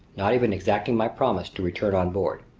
not even exacting my promise to return on board.